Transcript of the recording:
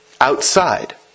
Outside